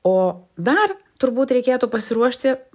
o dar turbūt reikėtų pasiruošti